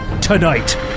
tonight